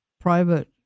private